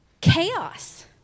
chaos